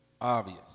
obvious